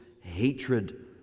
hatred